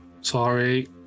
sorry